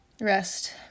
Rest